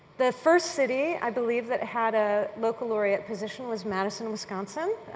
the first city, i believe, that had a local laureate position was madison, wisconsin,